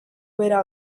bera